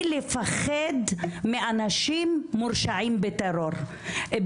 לפחד מאנשים מורשעים בטרור -- לא כל דעה,